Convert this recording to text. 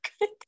good